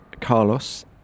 Carlos